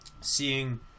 seeing